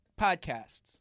Podcasts